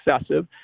excessive